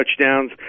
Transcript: touchdowns